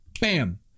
Bam